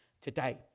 today